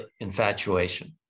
infatuation